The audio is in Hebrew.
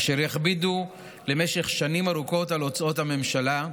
אשר יכבידו למשך שנים ארוכות על הוצאות הממשלה.